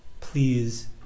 please